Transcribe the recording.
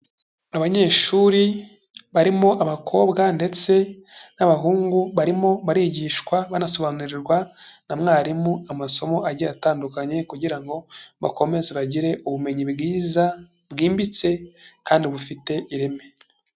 Abanyeshuri barimo abakobwa ndetse n'abahungu, barimo barigishwa banasobanurirwa na mwarimu amasomo agiye atandukanye kugira ngo bakomeze bagire ubumenyi bwiza bwimbitse kandi bufite ireme.